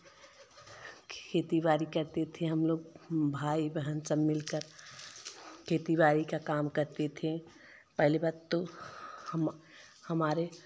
खेती बाड़ी करते थे हम लोग भाई बहन सब मिलकर खेती बाड़ी का काम करते थे पहली बात तो हम हमारे